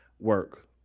work